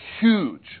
huge